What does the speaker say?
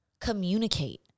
Communicate